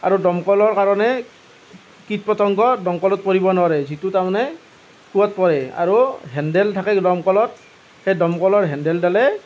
আৰু দমকলৰ কাৰণে কীট পতংগ দমকলত পৰিব নোৱাৰে যিটো তাৰমানে কুঁৱাত পৰে আৰু হেন্দেল থাকে দমকলত সেই দমকলৰ হেন্দেলডালে